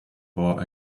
for